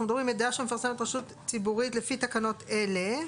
אנחנו מדברים על מידע שמפרסמים רשות ציבורית 'לפי תקנות אלה',